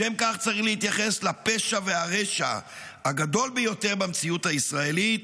לשם כך צריך להתייחס לפשע והרשע הגדול ביותר במציאות הישראלית,